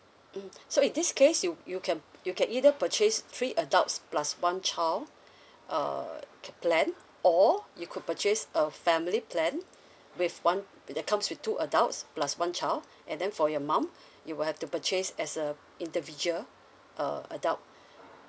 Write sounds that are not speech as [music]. mm so in this case you you can you can either purchase three adults plus one child [breath] uh plan or you could purchase a family plan with one with that comes with two adults plus one child and then for your mum [breath] you will have to purchase as a individual a adult